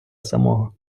самого